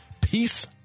peace